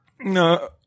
No